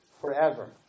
forever